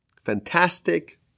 fantastic